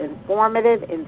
informative